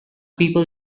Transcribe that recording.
people